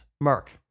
Mark